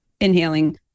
inhaling